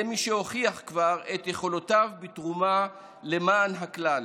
מי שכבר הוכיח את יכולותיו בתרומה למען הכלל,